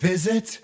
Visit